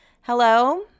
Hello